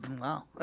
Wow